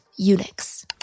Unix